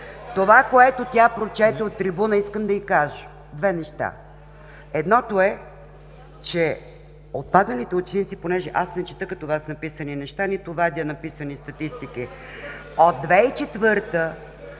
Това, което тя прочете от трибуната, искам да й кажа две неща. Едното е, че отпадналите ученици – понеже аз не чета като Вас написани неща, нито вадя написана статистика – от 2004